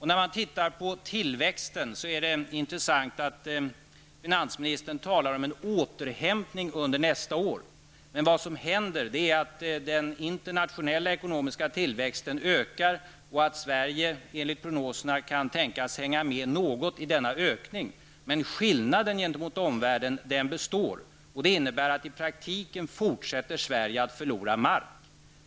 När det gäller tillväxten är det intressant att notera att finansministern talar om en återhämtning under nästa år. Men vad som händer är att den internationella ekonomiska tillväxten ökar och att Sverige, enligt prognoserna, kan tänkas hänga med något i denna ökning. Skillnaden gentemot omvärlden består. Det innebär att Sverige i praktiken fortsätter att förlora mark.